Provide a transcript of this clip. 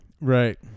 Right